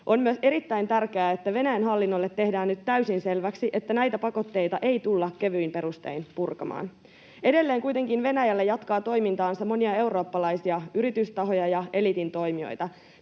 On myös erittäin tärkeää, että Venäjän hallinnolle tehdään nyt täysin selväksi, että näitä pakotteita ei tulla kevyin perustein purkamaan. Edelleen kuitenkin Venäjällä jatkaa toimintaansa monia eurooppalaisia yritystahoja ja eliitin toimijoita.